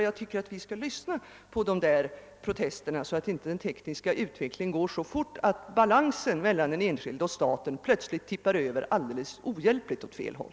Jag tycker att vi skall lyssna på des sa protester, så att utvecklingen inte tillåts gå så snabbt att balansen mellan den enskilde och staten plötsligt och ohjälpligt tippar över åt fel håll.